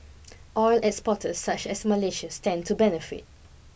oil exporters such as Malaysia stand to benefit